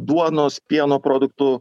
duonos pieno produktų